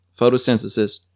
Photosynthesis